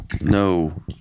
No